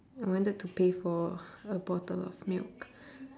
I wanted to pay for a bottle of milk